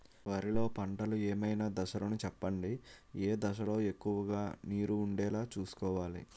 వరిలో పంటలు ఏమైన దశ లను చెప్పండి? ఏ దశ లొ ఎక్కువుగా నీరు వుండేలా చుస్కోవలి?